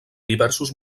diversos